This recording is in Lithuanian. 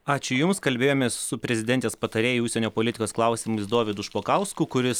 ačiū jums kalbėjomės su prezidentės patarėju užsienio politikos klausimais dovydu špokausku kuris